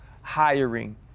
hiring